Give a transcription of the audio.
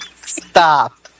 Stop